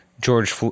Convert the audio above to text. George